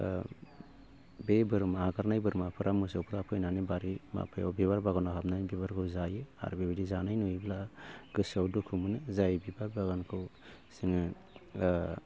ओ बे बोरमा आगारनाय बोरमाफोरा मोसौफोरा फैनानै बारि माबायाव बिबार बागानाव हाबनानै बिबारफोरखौ जायो आरो बेबायदि जानाय नुयोब्ला गोसोआव दुखु मोनो जाय बिबार बागानखौ जोङो ओ